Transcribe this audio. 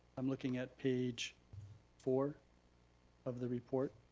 i'm looking at page four of the report.